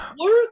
work